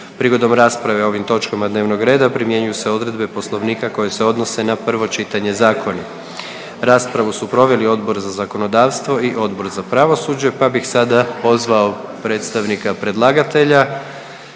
Prigodom rasprave o ovim točkama dnevnog reda primjenjuju se odredbe Poslovnika koje se odnose na prvo čitanje zakona. Raspravu su proveli Odbor za zakonodavstvo i Odbor za pravosuđe pa bih sada pozvao predstavnika predlagatelja,